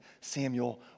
Samuel